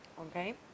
okay